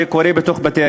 זה קורה בבתי-הכלא?